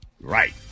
Right